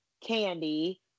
Candy